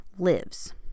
lives